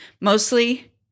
mostly